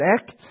act